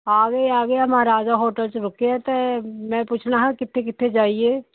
ਆ ਗਏ ਆ ਗਏ ਮਹਾਰਾਜਾ ਹੋਟਲ 'ਚ ਰੁਕਿਆ ਅਤੇ ਮੈਂ ਪੁੱਛਣਾ ਹਾਂ ਕਿੱਥੇ ਕਿੱਥੇ ਜਾਈਏ